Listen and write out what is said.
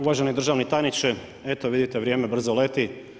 Uvaženi državni tajniče, eto vidite, vrijeme brzo leti.